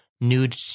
nude